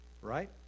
right